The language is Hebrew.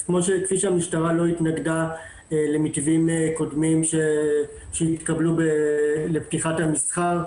אז כפי שהמשטרה לא התנגדה למתווים קודמים שהתקבלו לפתיחת המסחר,